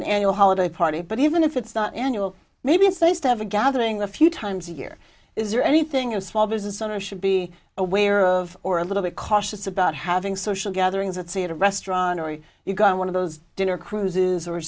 an annual holiday party but even if it's not annual maybe a place to have a gathering a few times a year is there anything a small business owner should be aware of or a little bit cautious about having social gatherings at sea at a restaurant or you've got one of those dinner cruises or